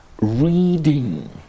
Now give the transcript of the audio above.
reading